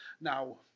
Now